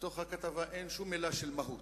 בתוך הכתבה אין שום מלה של מהות,